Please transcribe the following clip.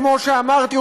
כמו שאמרתי,